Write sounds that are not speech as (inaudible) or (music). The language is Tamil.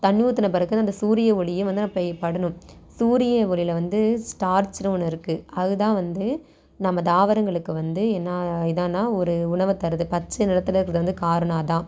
தண்ணி ஊற்றின பிறகு அந்த சூரிய ஒளியும் வந்து (unintelligible) படணும் சூரிய ஒளியில வந்து ஸ்டார்ச்சுனு ஒன்று இருக்குது அதுதான் வந்து நம்ம தாவரங்களுக்கு வந்து என்ன இதனா ஒரு உணவை தருது பச்சை நிறத்தில் (unintelligible) வந்து காரணம் அதுதான்